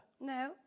no